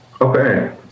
Okay